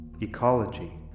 ecology